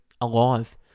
Alive